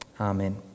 Amen